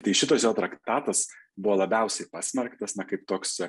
tai šitas jo traktatas buvo labiausiai pasmerktas kaip toks